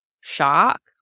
shock